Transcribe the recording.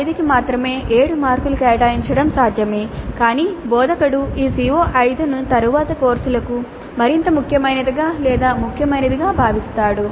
CO5 కి మాత్రమే 7 మార్కులు కేటాయించడం సాధ్యమే కాని బోధకుడు ఈ CO5 ను తరువాతి కోర్సులకు మరింత ముఖ్యమైనదిగా లేదా ముఖ్యమైనదిగా భావిస్తాడు